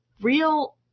real